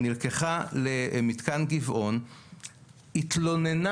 היא נלקחה למתקן גבעון, התלוננה,